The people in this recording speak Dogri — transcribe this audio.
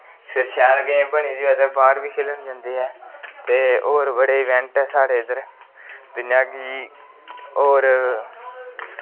फिर शैल गेम बनी दी होऐ ते बाह्र बी खेलन जंदे ऐ ते होर बड़े इवैंट साढ़े इद्धर जियां कि होर